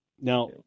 now